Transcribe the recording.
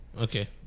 Okay